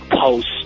Post